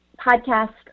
podcast